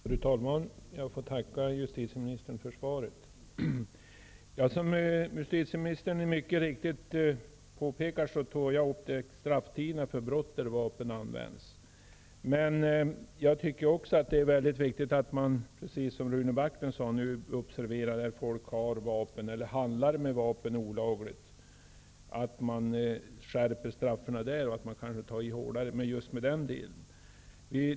Fru talman! Jag tackar justitieministern för svaret. Som justitieministern mycket riktigt påpekar tog jag i min fråga upp strafftiderna för brott där vapen används. Jag tycker också att det är mycket viktigt att man, precis som Rune Backlund sade, observerar de fall där folk har vapen eller handlar med vapen olagligt och att man skärper straffen för detta.